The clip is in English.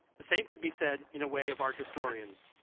the same could be said, in a way, of art historians.